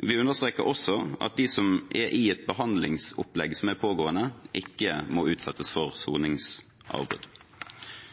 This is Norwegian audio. Vi understreker også at de som er i et behandlingsopplegg som er pågående, ikke må utsettes for